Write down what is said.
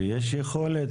ויש יכולת,